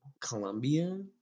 Colombia